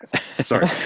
Sorry